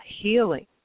healing